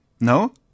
No